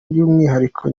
by’umwihariko